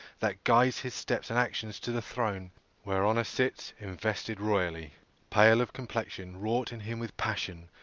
that guides his steps and actions to the throne where honour sits invested royally pale of complexion, wrought in him with passion,